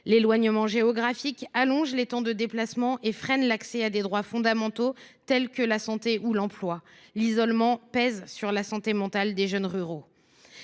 L’éloignement géographique allonge en effet les temps de déplacement et freine l’accès à des droits fondamentaux tels que la santé ou l’emploi. L’isolement pèse aussi sur la santé mentale des jeunes ruraux.